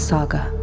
Saga